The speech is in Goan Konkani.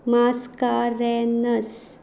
मास्कारॅन्हस